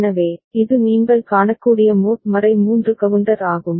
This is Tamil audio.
எனவே இது நீங்கள் காணக்கூடிய மோட் 3 கவுண்டர் ஆகும்